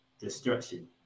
destruction